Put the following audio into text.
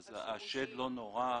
שהשד לא נורא.